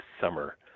summer